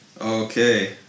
Okay